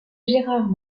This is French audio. gérard